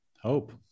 Hope